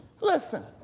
Listen